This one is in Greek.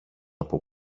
από